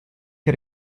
che